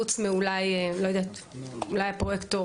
אולי פרט לפרויקטור,